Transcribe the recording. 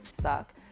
suck